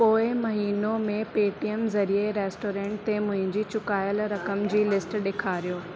पोएं महीनो में पेटीएम ज़रिए रेस्टोरेंट ते मुंहिंजी चुकायल रक़म जी लिस्ट ॾेखारियो